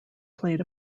played